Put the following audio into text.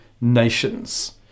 nations